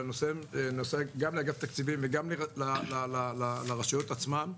גם לאגף תקציבים וגם לרשויות עצמן: